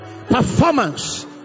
Performance